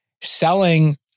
selling